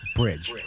bridge